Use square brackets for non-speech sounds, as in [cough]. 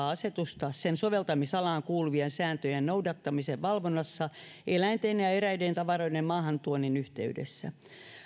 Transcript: [unintelligible] asetusta sen soveltamisalaan kuuluvien sääntöjen noudattamisen valvonnassa eläinten ja eräiden tavaroiden maahantuonnin yhteydessä